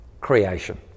Creation